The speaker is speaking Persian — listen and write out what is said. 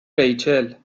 ریچل